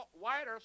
wider